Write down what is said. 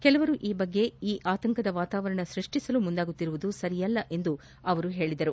ಕೆಲವರು ಈ ಬಗ್ಗೆ ಈ ಆತಂಕದ ವಾತಾವರಣ ಸೃಷ್ಷಿಸಲು ಮುಂದಾಗುತ್ತಿರುವುದು ಸರಿಯಲ್ಲ ಎಂದು ಅವರು ಹೇಳಿದರು